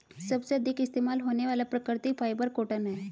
सबसे अधिक इस्तेमाल होने वाला प्राकृतिक फ़ाइबर कॉटन है